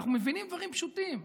אנחנו מבינים דברים פשוטים.